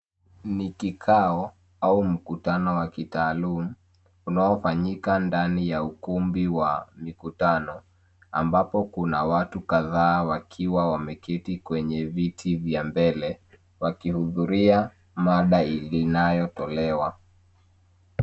Ni kikao au mkutano wa kitaaluma unaofanyika ndani ya ukumbi wa mikutano ambapo kuna watu kadhaa wakiwa wameketi kwenye viti vya mbele wakihudhuria mada inayotolewa.